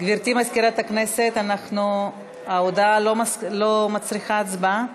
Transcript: גברתי מזכירת הכנסת, ההודעה לא מצריכה הצבעה?